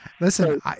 Listen